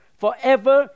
forever